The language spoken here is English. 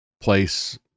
place